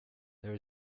there